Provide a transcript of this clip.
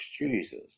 Jesus